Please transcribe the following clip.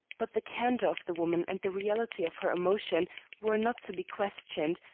but the candor of the woman and the reality of her emotion were not to be questioned,